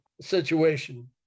situation